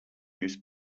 this